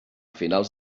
finals